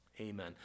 Amen